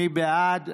מי בעד?